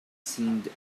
seemed